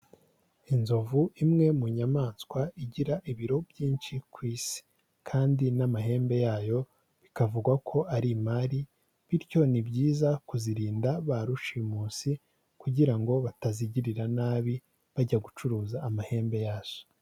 Inzovu imwe mu nyamaswa igira ibiro byinshi ku Isi kandi n'amahembe yayo bikavugwa ko ari imari, bityo ni byiza kuzirinda ba rushimusi kugira ngo batazigirira nabi bajya gucuruza amahembe yazo.